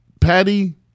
Patty